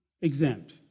exempt